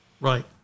Right